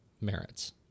merits